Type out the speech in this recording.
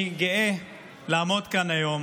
אני גאה לעמוד כאן היום